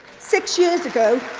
six years ago,